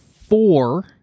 four